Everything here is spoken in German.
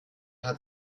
hat